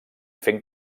fent